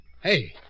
Hey